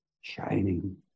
shining